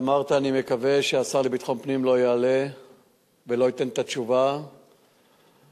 אני מקווה שהשר לביטחון פנים לא יעלה ולא ייתן את התשובה על האי-אמון,